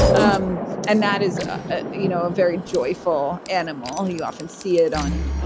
um and that is a you know very joyful animal you often see it on,